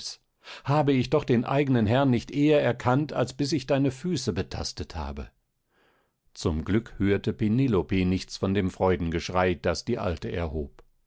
habe ich doch den eigenen herrn nicht eher erkannt als bis ich deine füße betastet habe zum glück hörte penelope nichts von dem freudengeschrei das die alte erhob